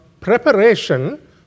preparation